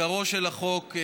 עיקרו של החוק,